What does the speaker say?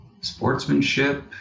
Sportsmanship